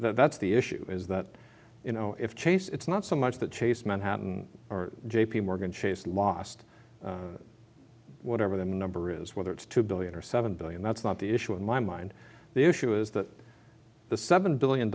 and that's the issue is that you know if chase it's not so much the chase manhattan or j p morgan chase lost whatever the number is whether it's two billion or seven billion that's not the issue in my mind the issue is that the seven billion